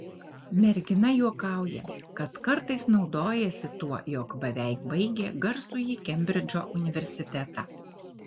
mergina juokauja kad kartais naudojasi tuo jog beveik baigė garsųjį kembridžo universitetą